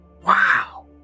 Wow